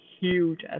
huge